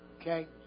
Okay